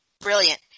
brilliant